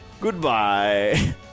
Goodbye